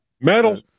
Metal